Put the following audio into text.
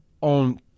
on